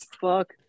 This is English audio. Fuck